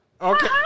Okay